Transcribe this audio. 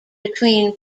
between